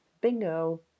bingo